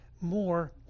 more